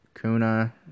Kuna